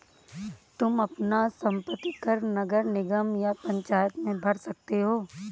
तुम अपना संपत्ति कर नगर निगम या पंचायत में भर सकते हो